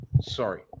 Sorry